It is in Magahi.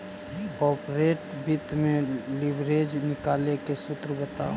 कॉर्पोरेट वित्त में लिवरेज निकाले के सूत्र बताओ